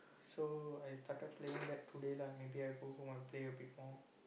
so I started playing that today lah maybe I go home I play a bit more